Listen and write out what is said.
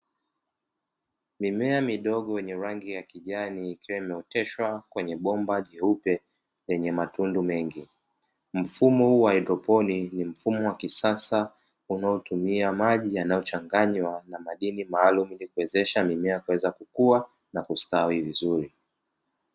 Mimea midogo yenye rangi ya kijani ikiwa imeoteshwa kwenye bomba jeupe lenye matundu mengi. Mfumo huu wa haidroponi ni mfumo wa kisasa unaotumia maji yanayochanganywa na madini maalumu ili kuwezesha mimea kuweza kukua na kustawi vizuri.